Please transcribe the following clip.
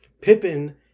Pippin